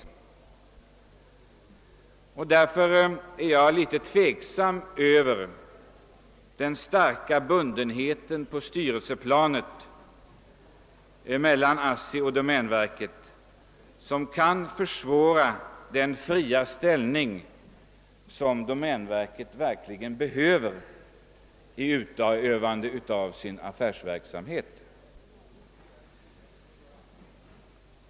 Därför är jag något tveksam beträffande den starka bundenheten på styrelseplanet mellan ASSI och domänverket, som kan försvåra den fria ställning som domänverket verkligen behöver vid utövandet av sin affärsverksamhet.